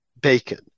Bacon